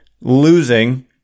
losing